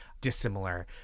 dissimilar